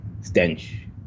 stench